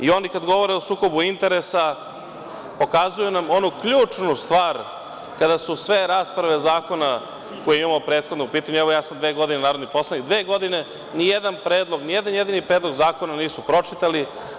I oni kad govore o sukobu interesa pokazuju nam onu ključnu stvar kada su sve rasprave zakona, koje imamo prethodno u pitanju, evo ja sam dve godine narodni poslanik, dve godine ni jedan predlog, ni jedan jedini predlog zakona nisu pročitali.